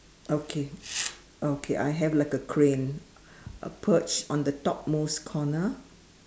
okay okay I have like a crane a perch on the top most corner